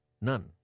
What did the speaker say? None